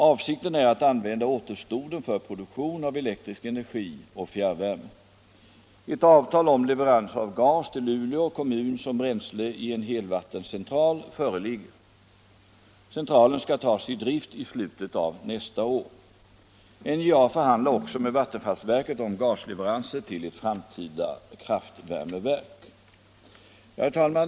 Avsikten är att använda återstoden för produktion av elektrisk energi och fjärrvärme. Ett avtal om leveranser av gas till Luleå kommun som bränsle i en hetvattencentral föreligger. Centralen skall tas i drift i slutet av nästa år. NJA förhandlar också med vattenfallsverket om gasleveranser till ett framtida kraftvärmeverk. Herr talman!